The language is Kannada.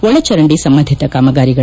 ಒಳಚರಂಡಿ ಸಂಬಂಧಿತ ಕಾಮಗಾರಿಗಳು